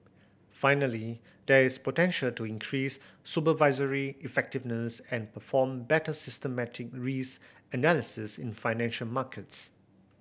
finally there is potential to increase supervisory effectiveness and perform better systemic risk analysis in financial markets